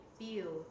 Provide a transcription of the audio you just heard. feel